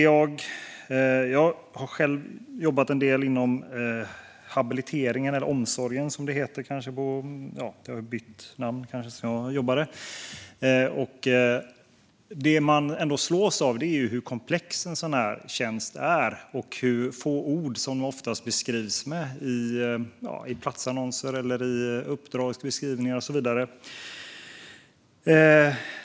Jag har själv jobbat en del inom habilitering eller omsorg - det har kanske bytt namn sedan jag jobbade. Det man slås av är hur komplex en sådan här tjänst är och hur få ord detta ofta beskrivs med i platsannonser, uppdragsbeskrivningar och så vidare.